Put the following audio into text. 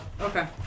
okay